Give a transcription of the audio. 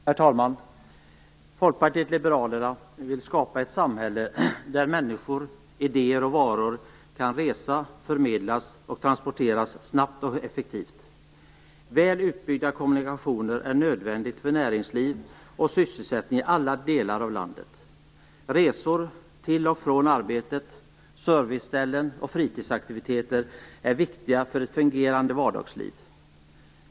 Herr talman! Folkpartiet liberalerna vill skapa ett samhälle där människor, idéer och varor kan resa, förmedlas och transporteras snabbt och effektivt. Det är nödvändigt med väl utbyggda kommunikationer för näringsliv och sysselsättning i alla delar av landet. Resor till och från arbete, serviceställen och fritidsaktiviteter är viktiga för ett fungerande vardagsliv.